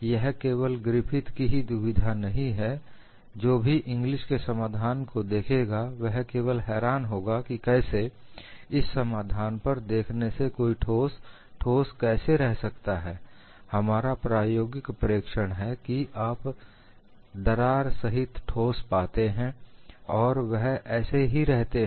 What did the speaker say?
यह केवल ग्रिफिथ की ही दुविधा नहीं है जो भी ईगंलिस के समाधान को देखेगा वह केवल हैरान होगा कि कैसे इस समाधान पर देखने से कोई ठोस ठोस कैसे रह सकता है हमारा प्रायोगिक प्रेक्षण है कि आप दरार सहित ठोस पाते हैं और वह ऐसे ही रहते हैं